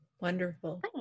Wonderful